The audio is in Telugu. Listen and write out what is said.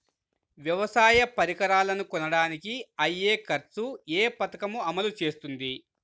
వ్యవసాయ పరికరాలను కొనడానికి అయ్యే ఖర్చు ఏ పదకము అమలు చేస్తుంది?